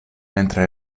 mentre